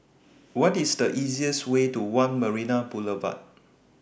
What IS The easiest Way to one Marina Boulevard